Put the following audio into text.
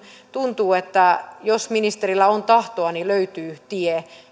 tuntuu että jos ministerillä on tahtoa niin löytyy tie